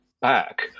back